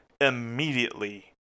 immediately